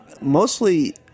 mostly